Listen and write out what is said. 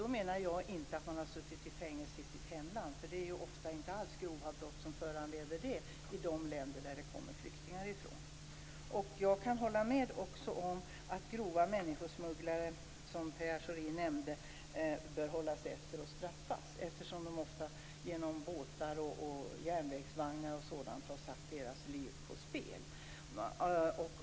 Då avser jag inte att man har suttit i fängelse i sitt hemland, eftersom det ofta inte är grova brott som föranleder fängelsestraff i de länder som flyktingar kommer ifrån. Jag kan också hålla med om att människor som gjort sig skyldiga till grov människosmuggling - som Pierre Schori nämnde - bör hållas efter och straffas eftersom de ofta har satt flyktingars liv på spel genom båttransporter och resor i järnvägsvagnar.